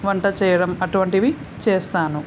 వంట చేయడం అటువంటివి చేస్తాను